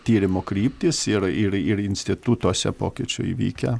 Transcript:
tyrimo kryptys ir ir ir institutuose pokyčių įvykę